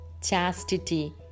chastity